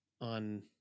on